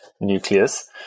nucleus